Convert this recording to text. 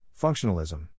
Functionalism